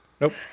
Nope